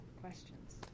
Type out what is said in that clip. questions